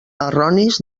erronis